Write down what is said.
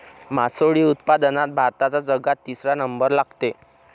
मासोळी उत्पादनात भारताचा जगात तिसरा नंबर लागते